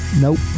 Nope